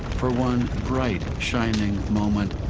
for one bright, shining moment,